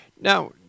Now